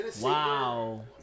Wow